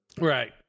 right